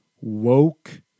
woke